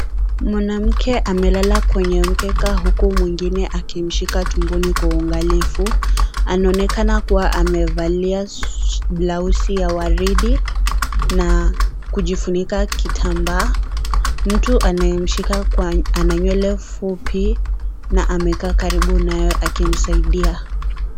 Mwanamke amelala kwenye mkeka huku mwingine akimshika tumboni kwa unganifu. Anaonekana kuwa amevalia blausi ya waridi na kujifunika kitambaa. Mtu anayemshika kwa ana nywele fupi, na amekaa karibu naye akimsaidia.